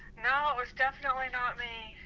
no, it was definitely not me.